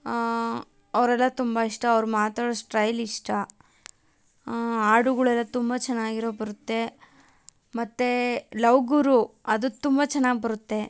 ಅವರೆಲ್ಲ ತುಂಬ ಇಷ್ಟ ಅವ್ರು ಮಾತಾಡೋ ಸ್ಟೈಲ್ ಇಷ್ಟ ಹಾಡುಗುಳೆಲ್ಲ ತುಂಬ ಚೆನ್ನಾಗಿರೊದು ಬರುತ್ತೆ ಮತ್ತು ಲವ್ ಗುರು ಅದು ತುಂಬ ಚೆನ್ನಾಗಿ ಬರುತ್ತೆ